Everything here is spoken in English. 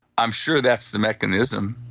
i'm sure that's the mechanism.